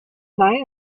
fly